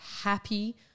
happy